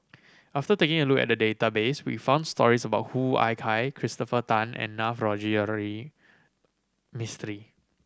after taking a look at the database we found stories about Hoo Ah Kay Christopher Tan and Navroji R Mistri